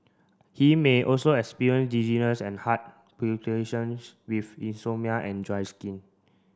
he may also experience dizziness and heart with insomnia and dry skin